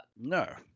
no